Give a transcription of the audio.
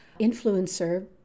influencer